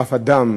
אף אדם,